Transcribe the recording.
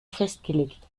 festgelegt